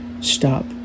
stop